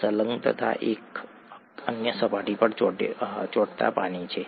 સંલગ્નતા એ અન્ય સપાટીઓ પર ચોંટતા પાણી છે